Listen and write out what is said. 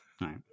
Right